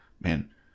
man